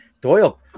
Doyle